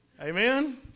Amen